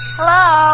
Hello